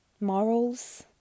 morals